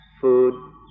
food